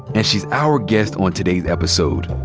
and she's our guest on today's episode.